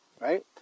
right